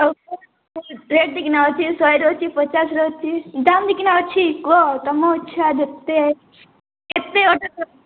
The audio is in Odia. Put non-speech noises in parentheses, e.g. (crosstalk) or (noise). ଆଉ (unintelligible) ରେଟ୍ ଦେଇକି ନା ଅଛି ଶହେରେ ଅଛି ପଚାଶରେ ଅଛି ଦାମ୍ ଦେଇକି ନା ଅଛି କୁହ ତୁମ ଇଚ୍ଛା ଯେତେ କେତେ (unintelligible)